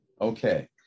Okay